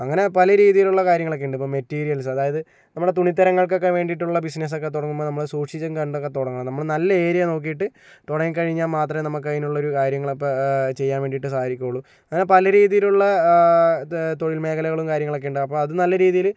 അങ്ങനെ പല രീതിയിലുള്ള കാര്യങ്ങളൊക്കെയുണ്ട് ഇപ്പോൾ മെറ്റീരിയൽസ് അതായത് നമ്മുടെ തുണിത്തരങ്ങൾക്കൊക്കെ വേണ്ടിയിട്ടുള്ള ബിസിനസ്സൊക്കെ തുടങ്ങുമ്പോൾ നമ്മള് സൂക്ഷിച്ചും കണ്ടും ഒക്കെ തുടങ്ങണം നമ്മള് നല്ല ഏരിയ നോക്കിയിട്ട് തുടങ്ങിക്കഴിഞ്ഞാൽ മാത്രമേ നമുക്ക് അതിനുള്ള ഒരു കാര്യങ്ങളപ്പോൾ ചെയ്യാൻ വേണ്ടിയിട്ട് സാധിക്കുകയുള്ളൂ അങ്ങനെ പല രീതിയിലുള്ള തൊഴിൽ മേഖലകളും കാര്യങ്ങളൊക്കെ ഉണ്ട് അപ്പോൾ അത് നല്ല രീതിയില്